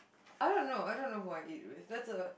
I don't know I don't know who I eat with that's a